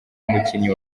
umukinnyi